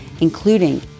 including